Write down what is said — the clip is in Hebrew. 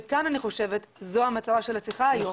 ואני חושבת שזאת מטרת השיחה היום.